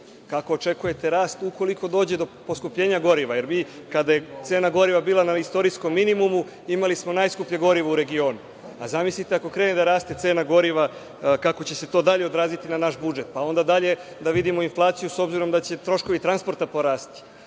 kako očekujete rast ukoliko dođe do poskupljenja goriva? Jer vi, kada je cena goriva bila na istorijskom minimumu, imali smo najskuplje gorivo u regionu. Zamislite ako krene da raste cena goriva, kako će se to dalje odraziti na naš budžet? Pa, onda dalje, da vidimo inflaciju, s obzirom da će troškovi transporta porasti?